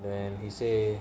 then he say